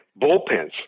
bullpens